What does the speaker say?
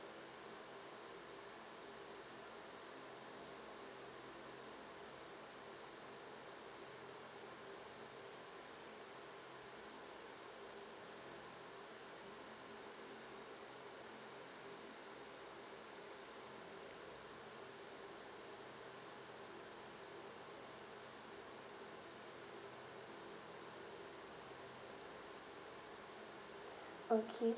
okay